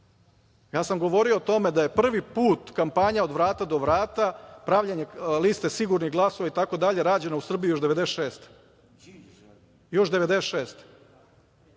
Ja sam govorio o tome da je prvi put kampanja "od vrata do vrata", pravljenje liste sigurnih glasova itd. rađena u Srbiji još